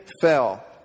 fell